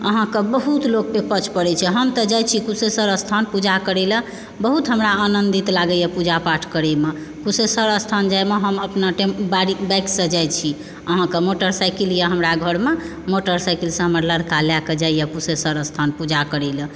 अहाँकऽ बहुत लोकके पछ पड़ै छै हम तऽ जाइ छी कुशेश्वर स्थान पूजा करयलऽ बहुत हमरा आनन्दित लागैतए पूजापाठ करयमे कुशेश्वर स्थान जाइमे हम अपना टेम्पो बाइकसँ जाइत छी अहाँके मोटरसाइकिलए हमरा घरमे मोटरसाइकिलसँ हमर लड़का लयके जाइए कुशेश्वर स्थान पूजा करयलऽ